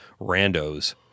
randos